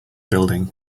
building